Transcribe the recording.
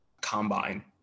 combine